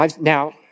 Now